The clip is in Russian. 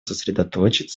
сосредоточить